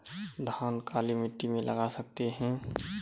धान काली मिट्टी में लगा सकते हैं?